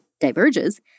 diverges